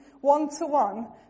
one-to-one